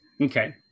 Okay